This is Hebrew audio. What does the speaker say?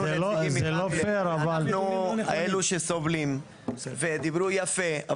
אנחנו האלו שסובלים ודיברו יפה,